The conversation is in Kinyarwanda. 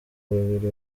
babiri